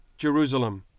jerusalem.